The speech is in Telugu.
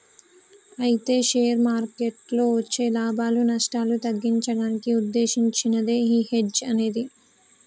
అయితే షేర్ మార్కెట్లలో వచ్చే లాభాలు నష్టాలు తగ్గించడానికి ఉద్దేశించినదే ఈ హెడ్జ్ అనేది